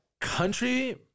Country